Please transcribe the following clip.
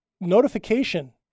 notification